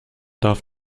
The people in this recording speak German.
darf